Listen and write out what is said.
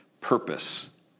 purpose